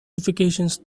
fortifications